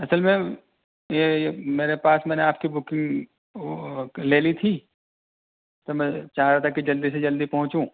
اصل میں یہ میرے پاس میں نے آپ کی بکنگ تو لے لی تھی تو میں چاہ رہا تھا کہ جلدی سے جلدی پہنچوں